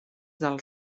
del